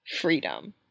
freedom